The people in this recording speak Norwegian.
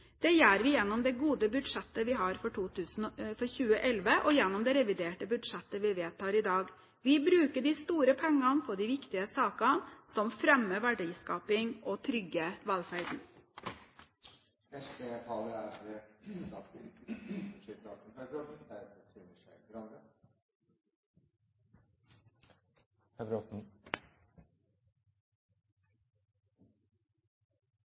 Det gjør vi gjennom det gode budsjettet vi har for 2011, og gjennom det reviderte budsjettet vi vedtar i dag. Vi bruker de store pengene på de viktige sakene som fremmer verdiskaping og